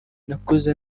nakuze